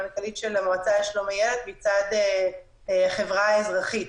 המנכ"לית של המועצה לשלום הילד מצד החברה האזרחית.